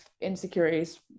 insecurities